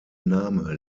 name